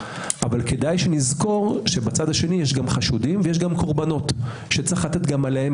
אבל כדאי שנזכור שבצד השני יש חשודים ויש גם קרבנות שיש לתת גם עליהם